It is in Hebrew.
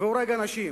והורג אנשים.